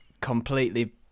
completely